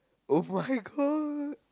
oh-my-god